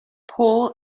paul